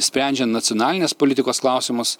sprendžiant nacionalinės politikos klausimus